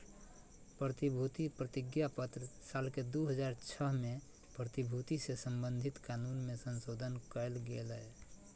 प्रतिभूति प्रतिज्ञापत्र साल के दू हज़ार छह में प्रतिभूति से संबधित कानून मे संशोधन कयल गेलय